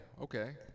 okay